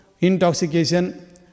intoxication